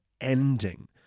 ending